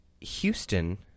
Houston